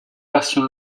version